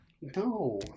No